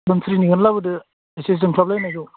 धोनसिरिनिखौनो लाबोदो एसे जोंख्लाबलायनायखौ